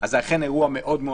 אז זה אכן אירוע חריג מאוד.